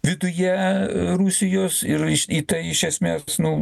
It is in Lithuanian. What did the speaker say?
viduje rusijos ir iš į tai iš esmės nu